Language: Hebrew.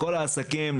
לכל העסקים,